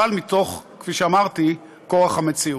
אבל מתוך, כפי שאמרתי, כורח המציאות.